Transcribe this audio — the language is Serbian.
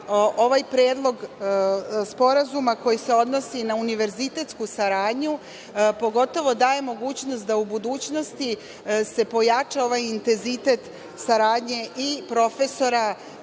ovaj predlog sporazuma koji se odnosi na univerzitetsku saradnju, pogotovo daje mogućnost da u budućnosti se pojača ovaj intenzitet saradnje i profesora